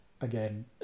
again